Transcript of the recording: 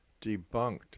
debunked